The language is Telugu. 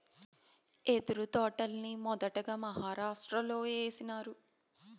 యెదురు తోటల్ని మొదటగా మహారాష్ట్రలో ఏసినారు